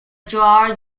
drawer